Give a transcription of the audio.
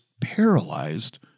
paralyzed